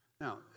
now